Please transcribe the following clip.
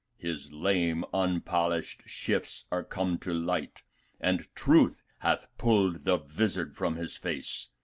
his lame unpolished shifts are come to light and truth hath pulled the vizard from his face,